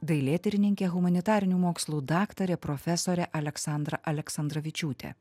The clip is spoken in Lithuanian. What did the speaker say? dailėtyrininkė humanitarinių mokslų daktarė profesorė aleksandra aleksandravičiūtė